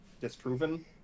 disproven